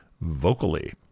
vocally